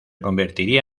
convertiría